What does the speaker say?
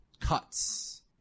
Cuts